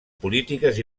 polítiques